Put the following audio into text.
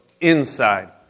inside